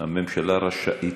הממשלה רשאית.